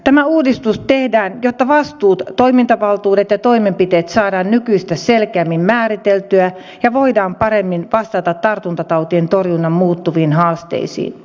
tämä uudistus tehdään jotta vastuut toimintavaltuudet ja toimenpiteet saadaan nykyistä selkeämmin määriteltyä ja voidaan paremmin vastata tartuntatautien torjunnan muuttuviin haasteisiin